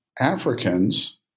Africans